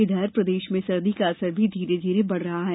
इधर प्रदेश में सर्दी का असर भी धीरे धीरे बढ़ रहा है